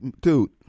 dude